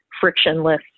frictionless